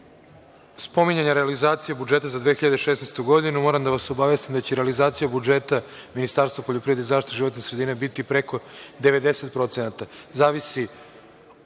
spominjanja realizacije budžeta za 2016. godinu, moram da vas obavestim da će realizacija budžeta Ministarstva poljoprivrede i zaštite životne sredine biti preko 90%,